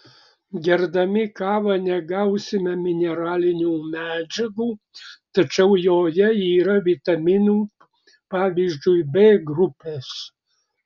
gerdami kavą negausime mineralinių medžiagų tačiau joje yra vitaminų pavyzdžiui b grupės